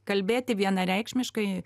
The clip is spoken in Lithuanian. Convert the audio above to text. kalbėti vienareikšmiškai